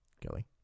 Kelly